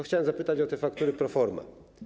Chciałem zapytać o te faktury proforma.